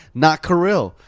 not kirill,